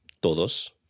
todos